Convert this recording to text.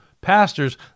Pastors